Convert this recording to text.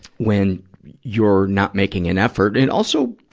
when you're not making an effort. and, also,